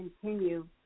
continue